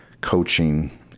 coaching